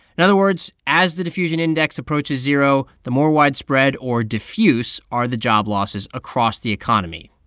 in other words, as the diffusion index approaches zero, the more widespread, or diffuse, are the job losses across the economy.